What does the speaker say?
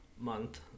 month